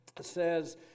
says